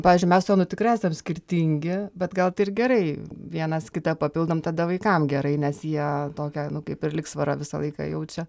pavyzdžiui mes su jonu tikrai esam skirtingi bet gal tai ir gerai vienas kitą papildom tada vaikam gerai nes jie tokią kaip ir lygsvarą visą laiką jaučia